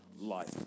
life